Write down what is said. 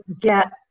get